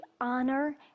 honor